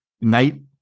Night